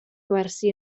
gwersi